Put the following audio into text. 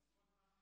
בינונית.